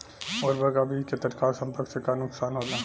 उर्वरक अ बीज के तत्काल संपर्क से का नुकसान होला?